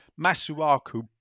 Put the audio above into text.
Masuaku